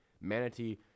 Manatee